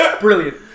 Brilliant